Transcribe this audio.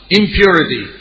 impurity